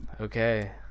okay